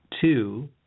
Two